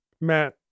Matt